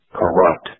corrupt